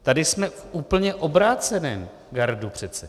Tady jsme úplně v obráceném gardu přece.